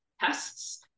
tests